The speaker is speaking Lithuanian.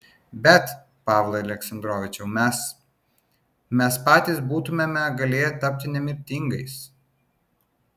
bet pavlai aleksandrovičiau mes mes patys būtumėme galėję tapti nemirtingais